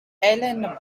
helen